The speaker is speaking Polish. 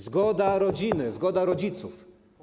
Zgoda rodziny, zgoda rodziców.